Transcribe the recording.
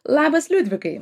labas liudvikai